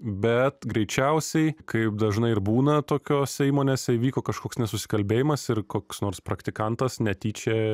bet greičiausiai kaip dažnai ir būna tokiose įmonėse įvyko kažkoks nesusikalbėjimas ir koks nors praktikantas netyčia